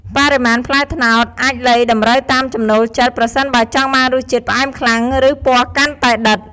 បរិមាណផ្លែត្នោតអាចលៃតម្រូវតាមចំណូលចិត្ត ប្រសិនបើចង់បានរសជាតិផ្អែមខ្លាំង ឬពណ៌កាន់តែដិត។